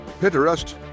Pinterest